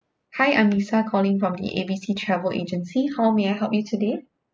hi I'm lisa calling from the A B C travel agency how may I help you today